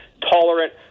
tolerant